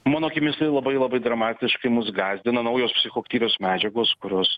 mano akimis tai labai labai dramatiškai mus gąsdina naujos psichoaktyvios medžiagos kurios